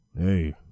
Hey